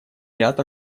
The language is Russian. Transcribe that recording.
ряд